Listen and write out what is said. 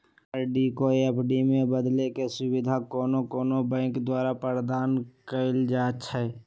RD को FD में बदलेके सुविधा कोनो कोनो बैंके द्वारा प्रदान कएल जाइ छइ